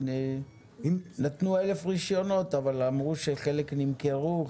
נתנו 1,000 רישיונות אבל נאמר שחלק מהם נמכרו,